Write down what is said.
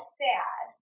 sad